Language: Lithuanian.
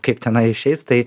kaip tenai išeis tai